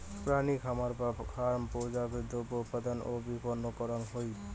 প্রাণী খামার বা ফার্ম প্রক্রিয়াজাত দ্রব্য উৎপাদন ও বিপণন করাং হই